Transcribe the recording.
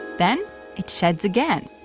then it sheds again.